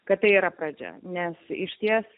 kad tai yra pradžia nes išties